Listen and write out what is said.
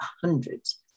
hundreds